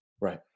Right